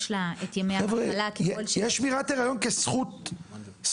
יש לה את ימי המחלה ככל --- יש שמירת הריון כזכות סוציאלית,